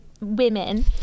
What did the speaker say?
women